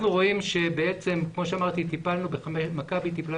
כמו שאמרתי, מכבי טיפלה